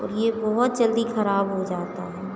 और यह बहुत जल्दी खराब हो जाता है